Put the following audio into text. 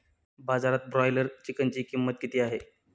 बाजारात ब्रॉयलर चिकनची किंमत किती आहे?